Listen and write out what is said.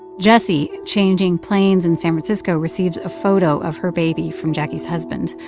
jessie, changing planes in san francisco, receives a photo of her baby from jacquie's husband.